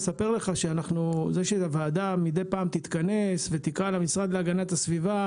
מספר לך שזה שהוועדה מדי פעם תתכנס ותקרא למשרד להגנת הסביבה,